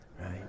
Right